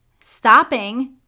Stopping